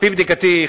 על-פי בדיקתי,